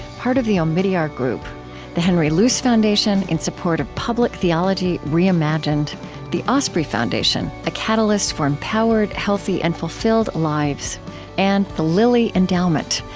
part of the omidyar group the henry luce foundation, in support of public theology reimagined the osprey foundation a catalyst for empowered, healthy, and fulfilled lives and the lilly endowment,